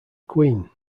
queen